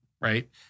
right